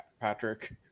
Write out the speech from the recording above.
Patrick